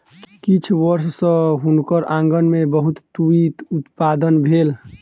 किछ वर्ष सॅ हुनकर आँगन में बहुत तूईत उत्पादन भेल